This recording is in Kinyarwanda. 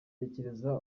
tekereza